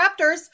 Raptors